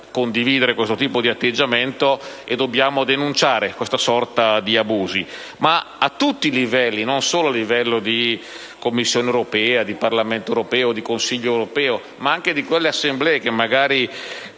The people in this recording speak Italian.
condividere questo tipo di atteggiamento e dobbiamo denunciare questa sorta di abusi, ma a tutti i livelli, non solo a livello di Commissione europea, di Parlamento europeo, di Consiglio europeo, ma anche di quelle assemblee che hanno